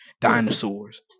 Dinosaurs